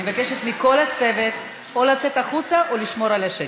אני מבקשת מכל הצוות או לצאת החוצה או לשמור על השקט.